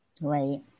right